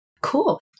Cool